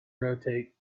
rotate